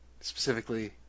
specifically